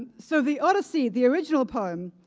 so the odyssey the original poem,